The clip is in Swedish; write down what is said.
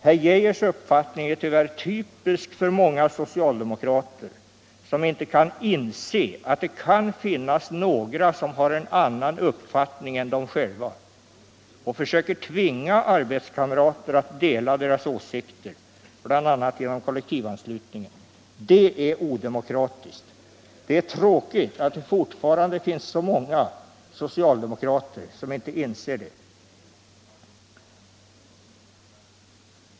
Herr Geijers uppfattning är tyvärr typisk för många socialdemokrater, som inte kan inse att det kan finnas några som har en annan uppfattning än de själva och som försöker tvinga arbetskamrater att dela deras åsikter, bl.a. genom kollektivanslutningen. Det är odemokratiskt. Det är tråkigt att det fortfarande finns så många socialdemokrater som inte inser det.